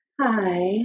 Hi